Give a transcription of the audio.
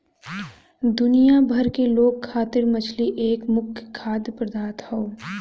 दुनिया भर के लोग खातिर मछरी एक मुख्य खाद्य पदार्थ हौ